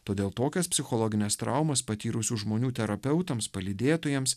todėl tokias psichologines traumas patyrusių žmonių terapeutams palydėtojams